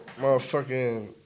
Motherfucking